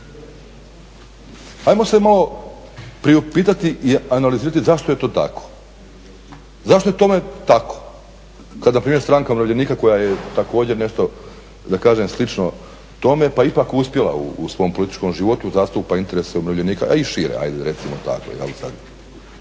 Ajmo se malo priupitati i analizirati zašto je to tako? Zašto je tome tako kada npr. Stranka umirovljenika koja je također nešto da kažem slično tome pa ipak uspjela u svom političkom životu zastupa interese umirovljenika a i šire ajde recimo tako?